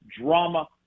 drama